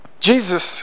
Jesus